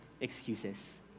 excuses